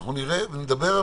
אנחנו נראה ונדבר,